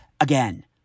again